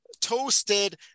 toasted